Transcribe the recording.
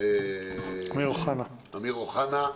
אמיר אוחנה,